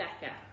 Becca